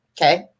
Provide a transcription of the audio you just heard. okay